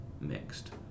mixed